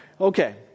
Okay